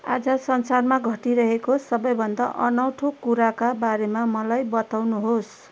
आज संसारमा घटिरहेको सबैभन्दा अनौठो कुराका बारेमा मलाई बताउनुहोस्